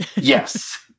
Yes